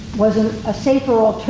was a safer